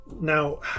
Now